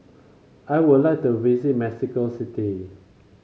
I would like to visit Mexico City